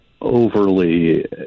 overly